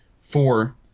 Four